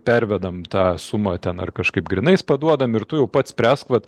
pervedam tą sumą ten ar kažkaip grynais paduodam ir tu jau pats spręsk vat